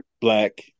black